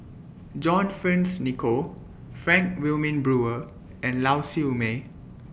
John Fearns Nicoll Frank Wilmin Brewer and Lau Siew Mei